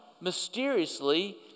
mysteriously